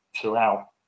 throughout